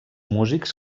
músics